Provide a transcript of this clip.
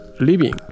living